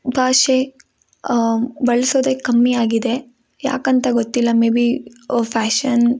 ಭಾಷೆ ಬಳಸೋದೆ ಕಮ್ಮಿ ಆಗಿದೆ ಯಾಕೆಂತ ಗೊತ್ತಿಲ್ಲ ಮೆ ಬಿ ಓ ಫ್ಯಾಷನ್